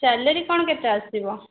salary କ'ଣ କେତେ ଆସିବ